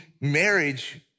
marriage